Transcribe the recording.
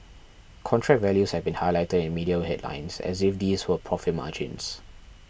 contract values have been highlighted in media headlines as if these were profit margins